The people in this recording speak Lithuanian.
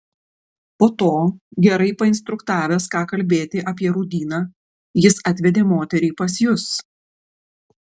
po to gerai painstruktavęs ką kalbėti apie rūdyną jis atvedė moterį pas jus